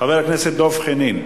חבר הכנסת דב חנין.